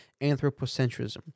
anthropocentrism